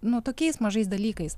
nu tokiais mažais dalykais